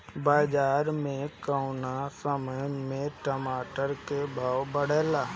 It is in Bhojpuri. बाजार मे कौना समय मे टमाटर के भाव बढ़ेले?